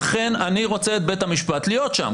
אכן אני רוצה את בית המשפט שיהיה שם.